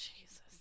Jesus